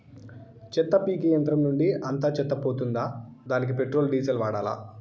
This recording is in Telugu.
చెత్త పీకే యంత్రం నుండి అంతా చెత్త పోతుందా? దానికీ పెట్రోల్, డీజిల్ వాడాలా?